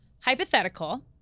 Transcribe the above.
hypothetical